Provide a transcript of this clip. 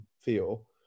feel